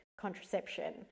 contraception